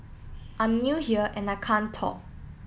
I'm new here and I can't talk